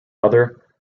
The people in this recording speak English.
other